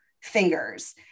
fingers